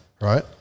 Right